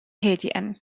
هادئا